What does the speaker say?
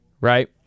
right